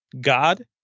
God